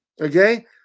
Okay